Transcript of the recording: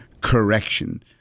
correction